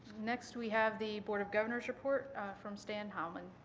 next we have the board of governors report from stan hileman.